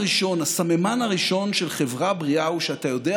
הסממן הראשון של חברה בריאה הוא שאתה יודע